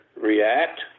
react